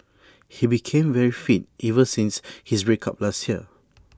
he became very fit ever since his break up last year